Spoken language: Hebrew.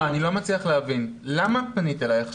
אני לא מצליח להבין למה פנית אלי.